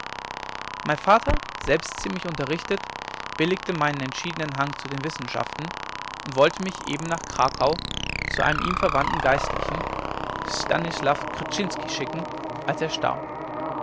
mein vater selbst ziemlich unterrichtet billigte meinen entschiedenen hang zu den wissenschaften und wollte mich eben nach krakau zu einem ihm verwandten geistlichen stanislaw krczynski schicken als er starb